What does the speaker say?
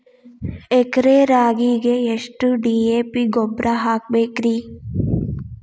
ಎಕರೆ ರಾಗಿಗೆ ಎಷ್ಟು ಡಿ.ಎ.ಪಿ ಗೊಬ್ರಾ ಹಾಕಬೇಕ್ರಿ?